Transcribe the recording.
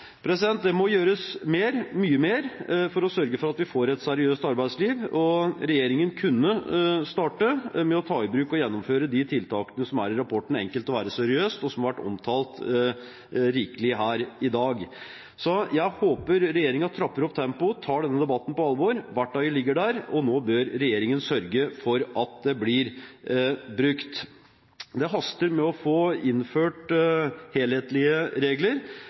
det verktøyet enda bedre. Det må gjøres mer, mye mer, for å sørge for at vi får et seriøst arbeidsliv, og regjeringen kunne starte med å ta i bruk og gjennomføre de tiltakene som er i rapporten Enkelt å være seriøs, og som har vært omtalt rikelig her i dag. Jeg håper regjeringen trapper opp tempoet og tar denne debatten på alvor, verktøyet ligger der, og nå bør regjeringen sørge for at det blir brukt. Det haster med å få innført helhetlige regler,